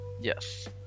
Yes